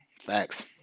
facts